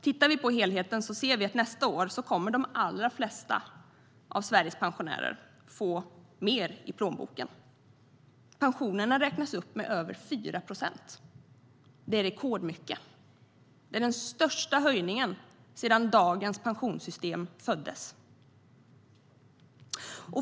Tittar vi på helheten ser vi att de allra flesta av Sveriges pensionärer nästa år kommer att få mer i plånboken. Pensionerna räknas upp med över 4 procent. Det är rekordmycket. Det är den största höjningen sedan dagens pensionssystem föddes.